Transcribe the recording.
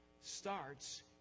starts